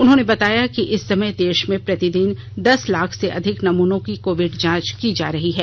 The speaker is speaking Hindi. उन्होंने बताया कि इस समय देश में प्रतिदिन दस लाख से अधिक नमूनों की कोविड जांच की जा रही है